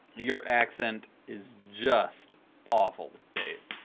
your accent is just awful dave.